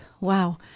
wow